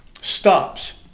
stops